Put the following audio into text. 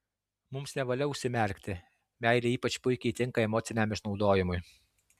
mums nevalia užsimerkti meilė ypač puikiai tinka emociniam išnaudojimui